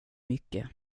mycket